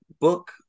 book